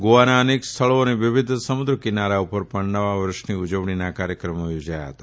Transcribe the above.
ગોવાના અનેક સ્થળો અને વિવિધ સમુદ્ર કિનારા ઉપર પણ નવા વર્ષની ઉજવણીના કાર્યક્રમો યોજાયા હતા